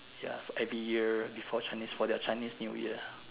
ya every year before Chinese for their Chinese New Year